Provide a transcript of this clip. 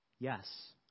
Yes